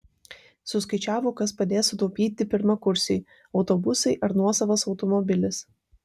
suskaičiavo kas padės sutaupyti pirmakursiui autobusai ar nuosavas automobilis